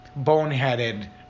boneheaded